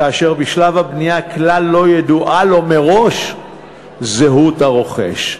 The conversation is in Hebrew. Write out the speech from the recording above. כאשר בשלב הבנייה כלל לא ידועה לו מראש זהות הרוכש,